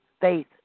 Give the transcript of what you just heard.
faith